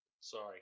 Sorry